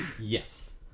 Yes